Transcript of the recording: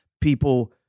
people